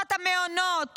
פרשת המעונות,